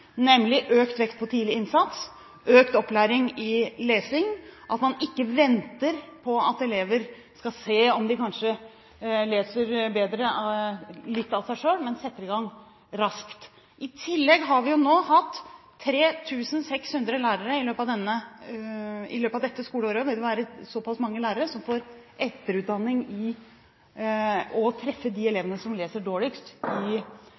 nemlig økt vekt på tidlig innsats og økt opplæring i lesing – at man ikke venter på at elever kanskje leser litt bedre av seg selv, men setter i gang raskt. I tillegg har vi jo nå hatt så pass mange som 3 600 lærere i løpet av dette skoleåret som får etterutdanning med hensyn til å treffe de elevene som gjør det dårligst i